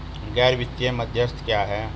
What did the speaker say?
गैर वित्तीय मध्यस्थ क्या हैं?